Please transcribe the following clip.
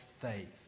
faith